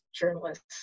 journalists